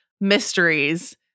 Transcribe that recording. mysteries